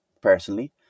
personally